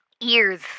ears